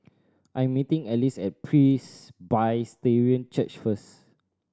I'm meeting Alyce at Presbyterian Church first